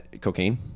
cocaine